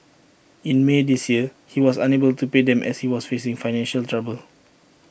in may this year he was unable to pay them as he was facing financial trouble